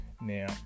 now